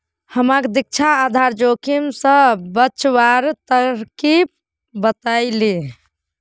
हमाक दीक्षा आधार जोखिम स बचवार तरकीब बतइ ले